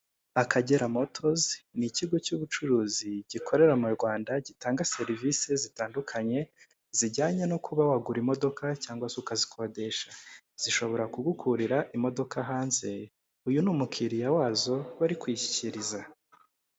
Akagera motozi ni ikigo cy'ubucuruzi gikorera mu Rwanda gitanga serivisi zitandukanye zijyanye no kuba wagura imodoka cyangwa se ukazikodesha, zishobora kugukurira imodoka hanze, uyu ni umukiliya wazo bari kuyishyikiriza.